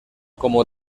como